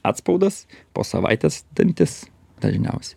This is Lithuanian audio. atspaudas po savaitės dantis dažniausiai